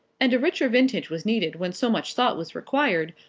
and a richer vintage was needed when so much thought was required,